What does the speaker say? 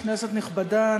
כנסת נכבדה,